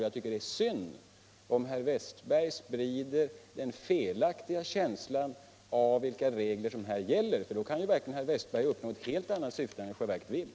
Jag tycker det är syvnd om herr Wistberg sprider en felaktig Känsla av vilka regler som här gäller, för då kan herr Wästberg verkligen uppnå helt andra syften iän han i själva verket har velat.